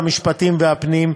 המשפטים והפנים.